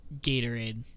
Gatorade